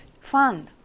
fund